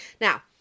Now